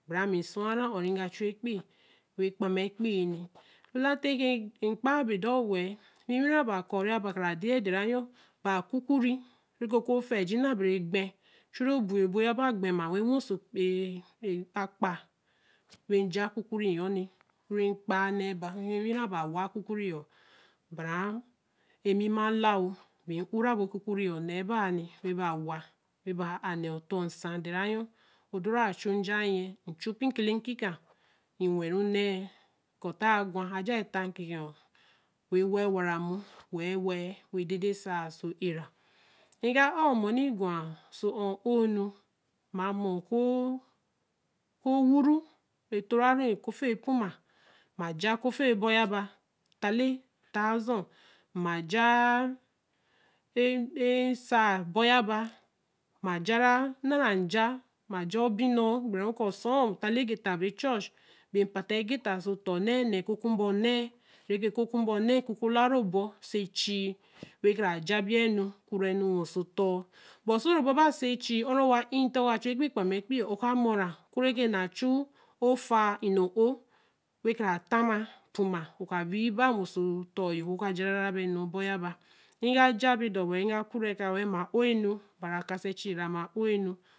berã mi msũa rã'ɔ̃ ri mga chue kpii wekpamekpii. alula ti ki mkpaa be dɔɔ wɛɛ. winwira baa kara de derã yɔ baa kukuri ro kuo fɛɛji na bere gbɛ churo bui ebo yaba gbɛma we wosee ee akpa were ja akukuri yɔni nwii mkpaa nɛɛba we baa wa. wa ari nɛɛɔ tɔ ñsã dɛra yɔ̃. dora chu nja nyɛ̃ mchu mpii nkele nkika we wa wara mmu wɛɛwɛɛ we de de saa so era. nɛ ka'ɔɔ mɔni so ɔ̃ oonu. mma mɔ̃ɔkuu ku owuru rɛ to rari kofee puma. mmaja kofee bɔ yaba, talethousand. mma jaaa-e-e saa bɔ yaba. mma jarã ñ ãra nna. mmaja obi nɔ̃ɔ gbreru kɔ sɔɔ taale geta bechɔch bee mpate gera ao ta onne nɛɛ ku kumba onne kukulariɔ bɔse chii we kara ja bia enu woso tɔɔ but soro baba si echii ɔ̃rɔ wa'ii ntik wo kachue kpii klame ekpiiɔ ɔka mɔ rã oku re ke na chuu ofa nno'o ww kara tãma puma ka wii ba nnwe so tɔɔ yo wo ka jarara enu ɔbɔ yaba nwi mga ja be dɔ wɛɛɛnwi mga kurɛ ka ma oie nu bara kasɛ chii rã mma'oe nu